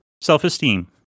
self-esteem